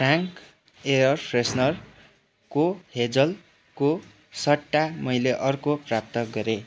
Frank air फ्रेसनरको हेजलको सट्टा मैले अर्को प्राप्त गरेँ